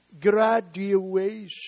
graduation